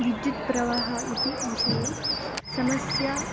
विद्युत्प्रवाहः इति विषये समस्या